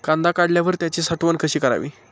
कांदा काढल्यावर त्याची साठवण कशी करावी?